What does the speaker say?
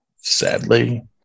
Sadly